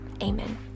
Amen